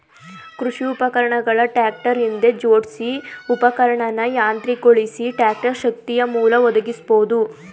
ಕೃಷಿ ಉಪಕರಣ ಟ್ರಾಕ್ಟರ್ ಹಿಂದೆ ಜೋಡ್ಸಿ ಉಪಕರಣನ ಯಾಂತ್ರಿಕಗೊಳಿಸಿ ಟ್ರಾಕ್ಟರ್ ಶಕ್ತಿಯಮೂಲ ಒದಗಿಸ್ಬೋದು